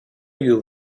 you